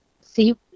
see